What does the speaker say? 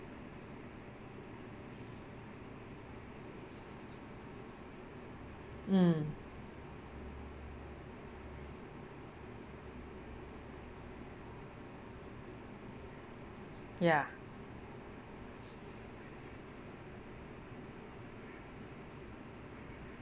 mm ya